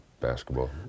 basketball